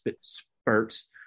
spurts